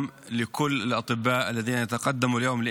(אומר דברים בשפה הערבית, להלן תרגומם:)